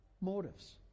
motives